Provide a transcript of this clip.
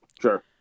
Sure